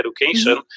education